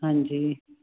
ਹਾਂਜੀ